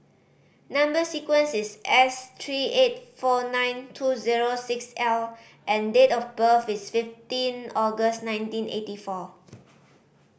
number sequence is S three eight four nine two zero six L and date of birth is fifteen August nineteen eighty four